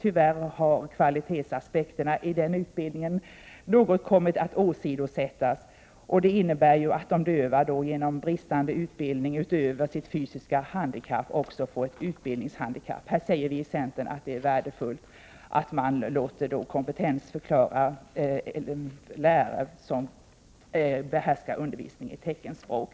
Tyvärr har kvalitetsaspekterna när det gäller denna utbildning något kommit att åsidosättas, vilket innebär att de döva genom sin bristande utbildning utöver sitt fysiska handikapp också får ett utbildningshandikapp. Viicentern anser att det är värdefullt att det finns lärare som behärskar undervisning i teckenspråk.